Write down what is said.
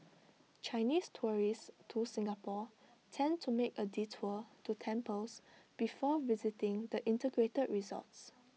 Chinese tourists to Singapore tend to make A detour to temples before visiting the integrated resorts